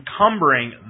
encumbering